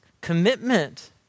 commitment